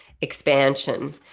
expansion